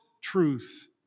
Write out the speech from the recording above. truth